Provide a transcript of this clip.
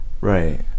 right